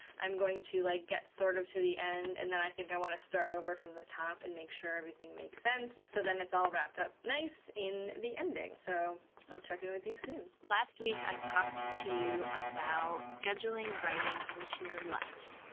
i'm going to like get sort of to the end, and then i think i wanna start over from the top and make sure everything makes sense, so then it's all wrapped up nice in the ending. so and i'll check in with you soon. last week, i talked to you about scheduling writing into your life.